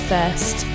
First